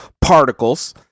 particles